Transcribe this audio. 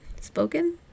Spoken